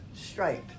striped